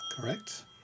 Correct